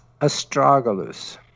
astragalus